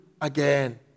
again